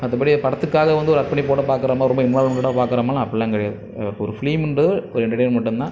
மற்றபடி படத்துக்காக வந்து ஒரு அற்பப்பணிப்போட பார்க்குறமா ரொம்ப இன்வால்வ்மெண்ட்டோட பார்க்குறோமாலாம் அப்படில்லாம் கிடையாது ஒரு ஃபிலிம்ன்றது ஒரு எண்டெர்டயின்மெண்ட் மட்டுந்தான்